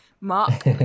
Mark